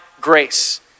grace